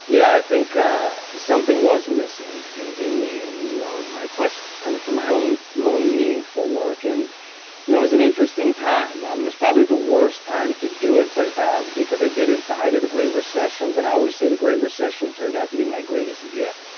yeah, i think something was missing in me and you know my quest kind of for my own more meaningful work and yeah it was an interesting time. it um was probably the worst time to do it, but because i did it at the height of the great recession, but i always say the great recession turned out to be my greatest gift,